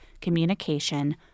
communication